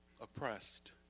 oppressed